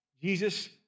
Jesus